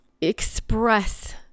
express